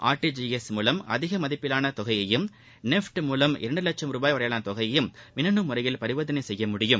RTGS மூவம் அதிக மதிப்பிலான தொகையையும் நெஃப்ட் மூவம் இரண்டு வட்சம் ரூபாய் வரையிலான தொகையையும் மின்னனு முறையில் பரிவர்த்தனை செய்ய முடியும்